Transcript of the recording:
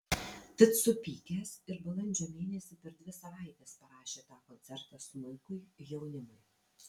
tad supykęs ir balandžio mėnesį per dvi savaites parašė tą koncertą smuikui jaunimui